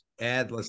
add